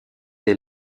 des